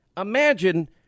Imagine